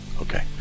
Okay